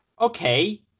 Okay